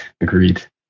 Agreed